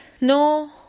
no